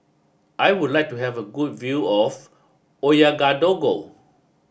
I would like to have a good view of Ouagadougou